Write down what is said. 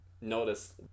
notice